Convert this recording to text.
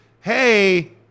hey